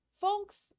Folks